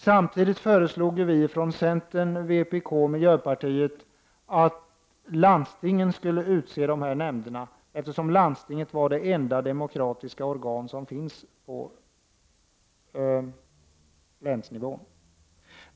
Samtidigt föreslog vi från centern, vpk och miljöpartiet att landstingen skulle utse dessa nämnder, eftersom landstinget är det enda demokratiska organ som finns på länsnivå.